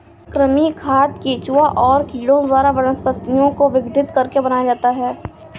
कृमि खाद केंचुआ और कीड़ों द्वारा वनस्पतियों को विघटित करके बनाया जाता है